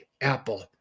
apple